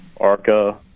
ARCA